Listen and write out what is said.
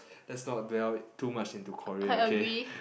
let's not dwell too much into Korea okay